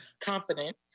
confidence